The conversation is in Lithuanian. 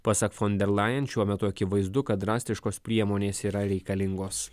pasak fon der lajen šiuo metu akivaizdu kad drastiškos priemonės yra reikalingos